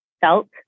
felt